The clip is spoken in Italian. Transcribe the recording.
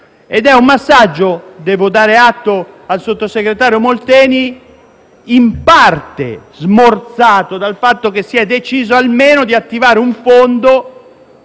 ed è un messaggio - devo dare atto al sottosegretario Molteni - in parte smorzato dal fatto che si è deciso di attivare almeno